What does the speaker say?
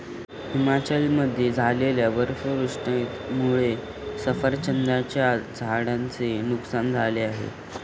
हिमाचलमध्ये झालेल्या बर्फवृष्टीमुळे सफरचंदाच्या झाडांचे नुकसान झाले आहे